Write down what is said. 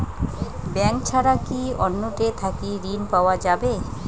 Bank ছাড়া কি অন্য টে থাকি ঋণ পাওয়া যাবে?